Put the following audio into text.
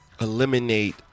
eliminate